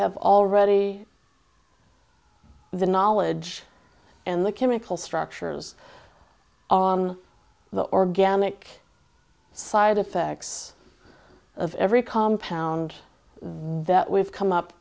have already the knowledge and the chemical structures on the organic side effects of every compound that we've come up